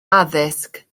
addysg